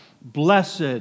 Blessed